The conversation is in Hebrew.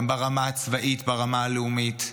גם ברמה הצבאית, ברמה הלאומית,